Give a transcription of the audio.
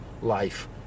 life